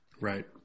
Right